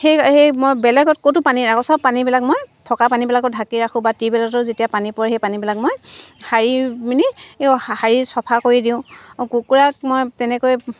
সেই সেই মই বেলেগত ক'তো পানী নেৰাখোঁ চব পানীবিলাক মই থকা পানীবিলাকত ঢাকি ৰাখোঁ বা টিউবেলতো যেতিয়া পানী পৰে সেই পানীবিলাক মই শাৰী পিনি এই শাৰী চাফা কৰি দিওঁ অঁ কুকুৰাক মই তেনেকৈ